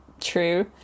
true